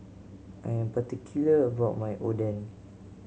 I am particular about my Oden